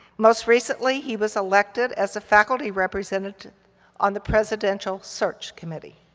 most recently, he was elected as a faculty representative on the presidential search committee.